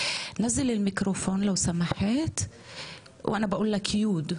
מאז שאני קטן אני עם נטייה ברורה מאוד,